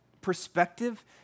perspective